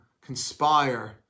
conspire